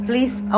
Please